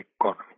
economy